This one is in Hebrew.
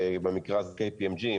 במקרה הזה KPMG,